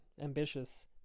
ambitious